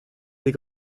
des